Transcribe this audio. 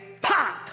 pop